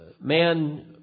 man